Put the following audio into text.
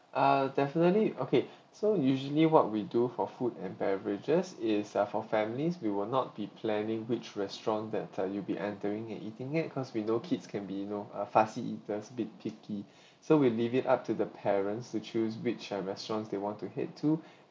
uh definitely okay so usually what we do for food and beverages is uh for families we will not be planning which restaurant that uh you'll be entering and eating at cause we know kids can be you know uh fussy eaters a bit picky so we leave it up to the parents to choose which uh restaurant they want to head to